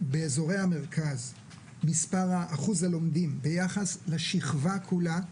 באזורי המרכז, אחוז הלומדים ביחס לשכבה כולה,